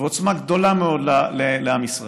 ועוצמה גדולה מאוד לעם ישראל.